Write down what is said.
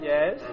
Yes